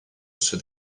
ceux